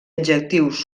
adjectius